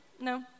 No